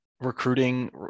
recruiting